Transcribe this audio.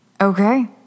Okay